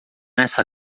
essa